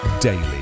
daily